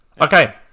Okay